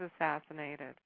assassinated